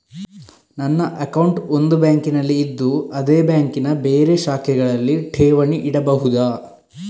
ನನ್ನ ಅಕೌಂಟ್ ಒಂದು ಬ್ಯಾಂಕಿನಲ್ಲಿ ಇದ್ದು ಅದೇ ಬ್ಯಾಂಕಿನ ಬೇರೆ ಶಾಖೆಗಳಲ್ಲಿ ಠೇವಣಿ ಇಡಬಹುದಾ?